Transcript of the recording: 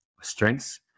strengths